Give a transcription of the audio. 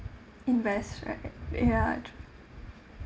invest right ya true